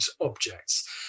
objects